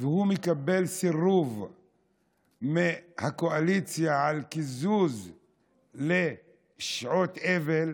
והוא מקבל סירוב מהאופוזיציה על קיזוז בשעות האבל,